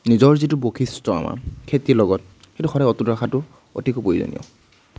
নিজৰ যিটো বৈশিষ্ট্য় আমাৰ খেতিৰ লগত সেইটো সদায় অটুট ৰখাটো অতিকৈ প্ৰয়োজনীয়